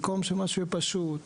במקום שמשהו יהיה פשוט,